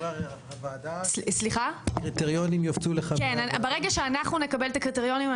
ברגע שאנחנו נקבל את הקריטריונים,